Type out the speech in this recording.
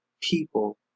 people